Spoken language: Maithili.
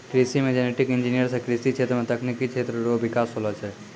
कृषि मे जेनेटिक इंजीनियर से कृषि क्षेत्र मे तकनिकी क्षेत्र रो बिकास होलो छै